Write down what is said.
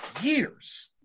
years